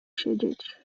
siedzieć